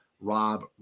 Rob